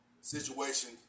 situation